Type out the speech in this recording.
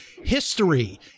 history